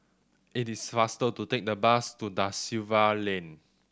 it is faster to take the bus to Da Silva Lane